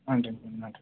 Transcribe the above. நன்றி மேடம் நன்றி